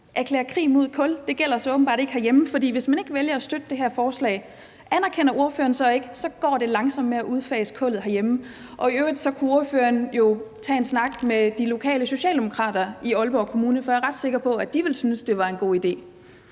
at erklære krig mod kul gælder så åbenbart ikke herhjemme. For hvis man ikke vælger at støtte det her forslag, anerkender ordføreren så ikke, at så går det langsomt med at udfase kullet herhjemme? I øvrigt kan ordføreren jo tage en snak med de lokale socialdemokrater i Aalborg Kommune, for jeg er ret sikker på, at de ville synes, det var en god idé.